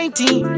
team